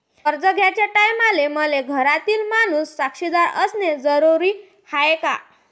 कर्ज घ्याचे टायमाले मले घरातील माणूस साक्षीदार असणे जरुरी हाय का?